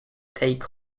take